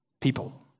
people